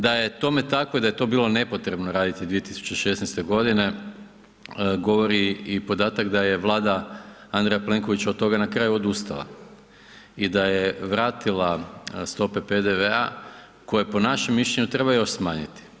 Da je tome tako i da je to bilo nepotrebno 2016. godine govori i podatak da je Vlada Andreja Plenkovića od toga na kraju odustala i da je vratila stope PDV-a koje po našem mišljenju treba još smanjiti.